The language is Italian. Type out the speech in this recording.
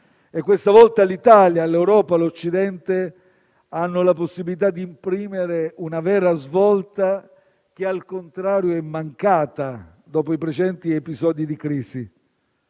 questa volta l'Italia, l'Europa e l'Occidente hanno la possibilità di imprimere una vera svolta che, al contrario, è mancata dopo i precedenti episodi di crisi.